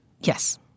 Yes